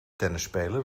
tennisspeler